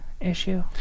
issue